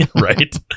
Right